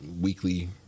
weekly